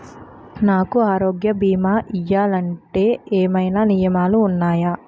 నాకు ఆరోగ్య భీమా ఇవ్వాలంటే ఏమైనా నియమాలు వున్నాయా?